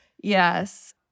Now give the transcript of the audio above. yes